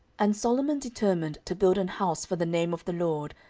and solomon determined to build an house for the name of the lord,